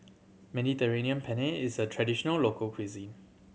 Mediterranean Penne is a traditional local cuisine